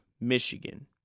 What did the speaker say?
Michigan